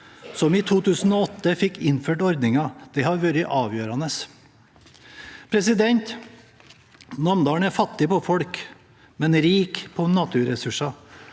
som i 2008 fikk innført ordningen. Det har vært avgjørende. Namdalen er fattig på folk, men rik på naturressurser.